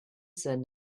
said